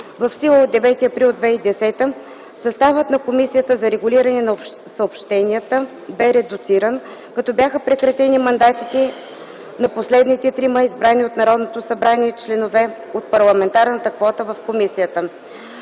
в сила от 9 април 2010 г., съставът на Комисията за регулиране на съобщенията бе редуциран, като бяха прекратени мандатите на последните трима, избрани от Народното събрание членове от парламентарната квота в комисията.